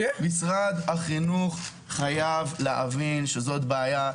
משרד החינוך חייב להבין שזו בעיה,